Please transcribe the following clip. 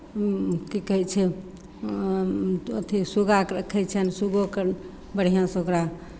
की कहै छै तो अथि सुग्गाके रखै छियनि सुग्गोकेँ बढ़िआँसँ ओकरा